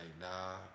nah